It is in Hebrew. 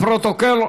לפרוטוקול,